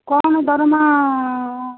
କ'ଣ ଦରମା